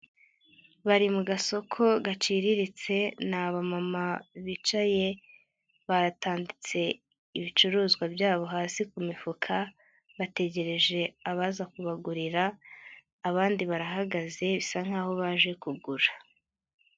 Bari mu gasoko gaciriritse ni abamama bicaye batanditse ibicuruzwa byabo hasi ku mifuka bategereje abaza kubagurira, abandi barahagaze bisa nkaho baje kugura.